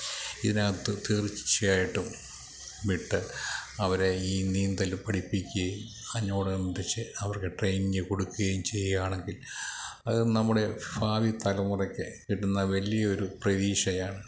ഇതിനകത്ത് തീർച്ചയായിട്ടും വിട്ട് അവരെ ഈ നീന്തൽ പഠിപ്പിക്കുകയും അതിനോടനുബന്ധിച്ച് അവർക്ക് ട്രെയിനിങ് കൊടുക്കുകയും ചെയ്യുകയാണെങ്കിൽ അത് നമ്മുടെ ഭാവി തലമുറയ്ക്ക് കിട്ടുന്ന വലിയൊരു പ്രതീക്ഷയാണ്